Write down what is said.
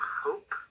hope